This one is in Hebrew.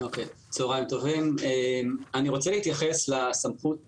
צוהריים טובים, אני רוצה להתייחס לסמכות